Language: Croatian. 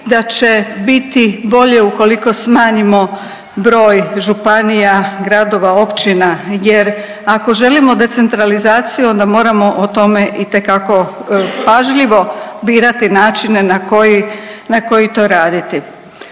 da će biti bolje ukoliko smanjimo broj županija, gradova i općina jer ako želimo decentralizaciju onda moramo o tome itekako pažljivo birati načine na koji to raditi.